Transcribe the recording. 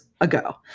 ago